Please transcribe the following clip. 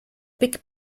big